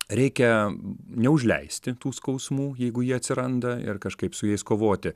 reikia neužleisti tų skausmų jeigu jie atsiranda ir kažkaip su jais kovoti